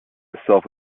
itself